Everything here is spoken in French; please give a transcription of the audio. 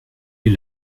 est